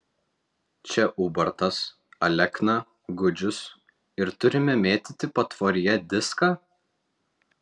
čia ubartas alekna gudžius ir turime mėtyti patvoryje diską